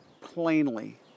plainly